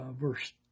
verse